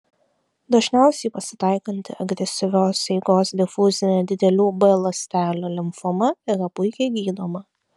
dažniausiai pasitaikanti agresyvios eigos difuzinė didelių b ląstelių limfoma yra puikiai gydoma